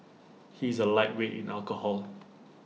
he is A lightweight in alcohol